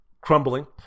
crumbling